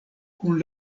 kun